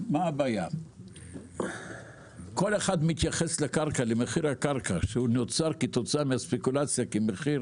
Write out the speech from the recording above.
כל אחד מתייחס למחיר הקרקע שנוצר כתוצאה מספקולציה כמחיר